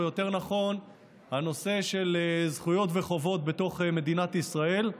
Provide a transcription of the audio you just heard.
או יותר נכון הנושא של זכויות וחובות בתוך מדינת ישראל,